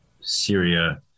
Syria